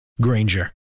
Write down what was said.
Granger